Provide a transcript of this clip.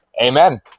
amen